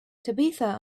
tabitha